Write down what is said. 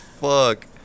fuck